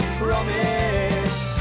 promise